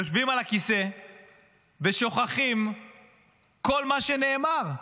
יושבים על הכיסא ושוכחים כל מה שנאמר.